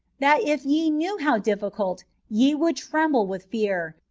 that if ye knew how difficult, ye would tremble with fear,